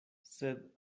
sed